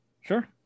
Sure